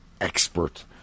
expert